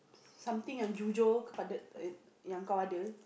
something unusual but